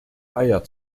eier